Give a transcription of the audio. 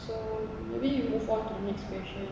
so maybe you move on to next question